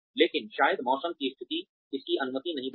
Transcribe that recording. लेकिन शायद मौसम की स्थिति इसकी अनुमति नहीं देते हैं